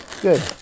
Good